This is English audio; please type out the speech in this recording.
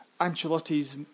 Ancelotti's